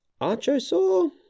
Archosaur